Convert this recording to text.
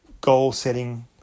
goal-setting